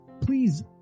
please